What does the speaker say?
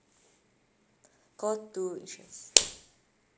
call two insurance